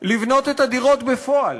לבנות את הדירות בפועל.